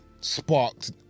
sparked